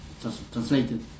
translated